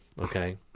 Okay